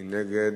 מי נגד?